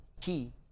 key